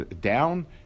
down